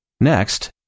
Next